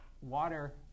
water